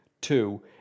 Two